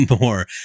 more